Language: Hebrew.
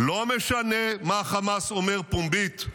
-- לא משנה מה חמאס אומר פומבית,